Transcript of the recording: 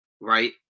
right